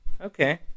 Okay